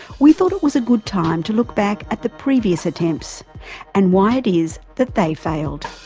we thought it was a good time to look back at the previous attempts and why it is that they failed.